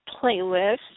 playlist